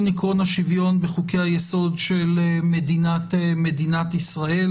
עיקרון השוויון בחוקי-היסוד של מדינת ישראל.